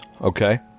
okay